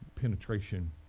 Penetration